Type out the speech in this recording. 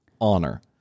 honor